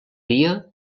dia